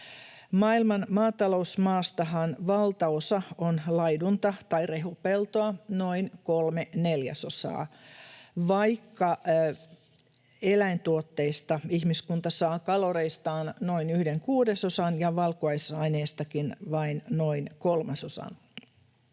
Maailman maatalousmaastahan valtaosa on laidunta tai rehupeltoa, noin kolme neljäsosaa, vaikka eläintuotteista ihmiskunta saa kaloreistaan noin yhden kuudesosan ja valkuaisaineestakin vain noin kolmasosan.